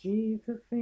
Jesus